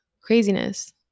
Craziness